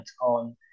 on